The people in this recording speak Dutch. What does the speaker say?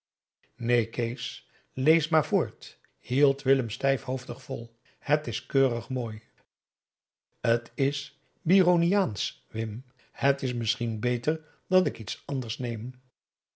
kees lees maar voort hield willem stijfhoofdig vol het is keurig mooi t is byroniaansch wim het is misschien beter dat ik iets anders neem